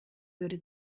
würde